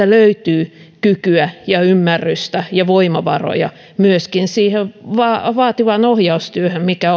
löytyy kykyä ja ymmärrystä ja voimavaroja myöskin siihen vaativaan ohjaustyöhön mikä